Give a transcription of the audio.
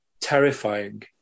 terrifying